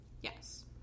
Yes